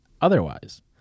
otherwise